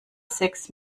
sechs